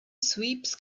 sweeps